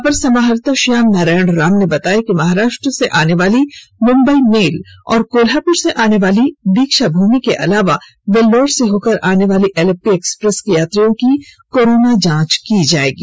अपर समाहर्ता श्याम नारायण राम ने बताया कि महाराष्प्र से आने वाली मुंबई मेल और कोल्हापुर से आने वाली दीक्षाभूमि के आलावा वेल्लोर से होकर आने वाली एलेप्पी एक्सप्रेस के यात्रियों की कोरोना जांच की जाएगी